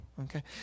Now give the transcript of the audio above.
Okay